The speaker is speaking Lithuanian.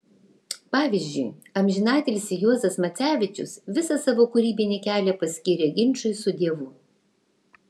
pavyzdžiui amžinatilsį juozas macevičius visą savo kūrybinį kelią paskyrė ginčui su dievu